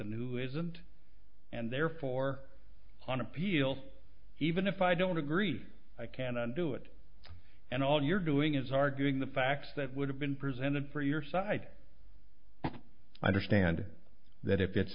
and who isn't and therefore on appeal even if i don't agree i cannot do it and all you're doing is arguing the facts that would have been presented for your side i understand that if it's